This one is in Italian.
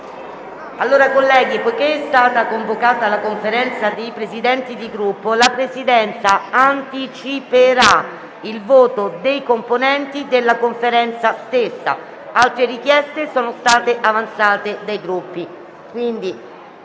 Colleghi, poiché è stata convocata la Conferenza dei Presidenti di Gruppo, la Presidenza anticiperà il voto dei componenti della Conferenza stessa. Altre richieste sono state avanzate dai Gruppi.